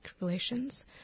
relations